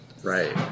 Right